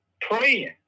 praying